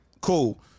Cool